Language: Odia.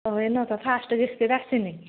ହଉ ଏଇନା ତ ଫାଷ୍ଟ କିସ୍ତିଟା ଆସିନି